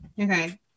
Okay